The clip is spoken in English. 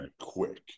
quick